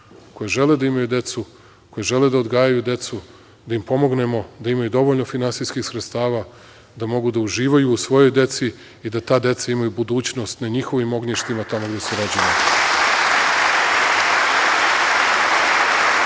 koje žele da imaju decu, koje žele da odgajaju decu, da im pomognemo da imaju dovoljno finansijskih sredstava, da mogu da uživaju u svojoj deci i da ta deca imaju budućnost na njihovim ognjištima, tamo gde su rođeni. Ove